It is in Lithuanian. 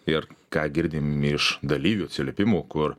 ir ką girdim iš dalyvių atsiliepimų kur